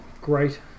great